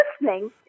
listening